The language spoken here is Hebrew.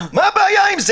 מה הבעיה עם זה?